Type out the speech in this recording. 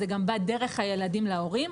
זה גם בא דרך הילדים להורים,